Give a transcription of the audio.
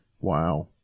Wow